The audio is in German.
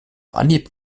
anhieb